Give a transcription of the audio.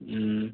ہوں